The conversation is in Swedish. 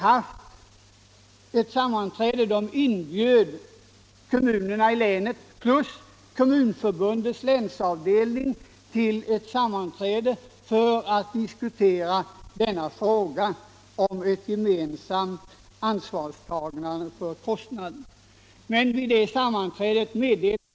Det är sålunda felaktigt om kammaren fick det intrycket av fru Rönnungs anförande att socialdemokraterna skulle ha föreslagit att man skulle ta emot detta anslag och därmed också starta en länsteater.